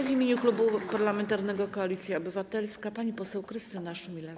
W imieniu Klubu Parlamentarnego Koalicja Obywatelska pani poseł Krystyna Szumilas.